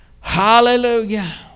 Hallelujah